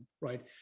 right